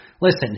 Listen